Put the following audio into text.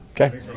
Okay